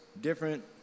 different